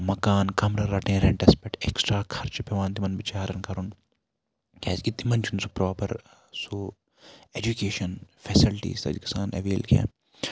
مَکان کَمرٕ رَٹٕنۍ رینٛٹَس پٮ۪ٹھ ایٚکٕسٹرا خَرچہٕ پیٚوان تِمن بِچارَن کَرُن کیازکہِ تِمن چھُنہٕ سُہ پراپر سُہ ایجوٗکیشن فیسلٹیٖز تَتہِ گَژھان ایٚویل کینٛہہ